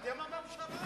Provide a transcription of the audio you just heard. אתם הממשלה.